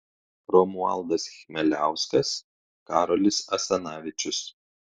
romualdas chmeliauskas karolis asanavičius